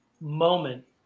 moment